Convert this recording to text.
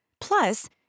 Plus